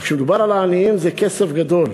אבל כשמדובר על העניים זה כסף גדול.